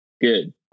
Good